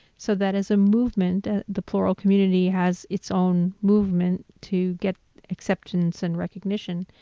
so that as a movement, the plural community has its own movement to get acceptance and recognition.